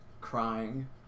crying